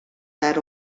that